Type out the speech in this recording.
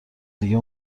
دیگه